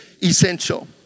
essential